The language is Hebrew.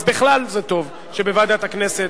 אז בכלל זה טוב שבוועדת הכנסת,